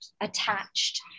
attached